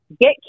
Get